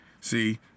See